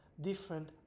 different